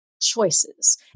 choices